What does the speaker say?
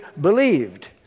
believed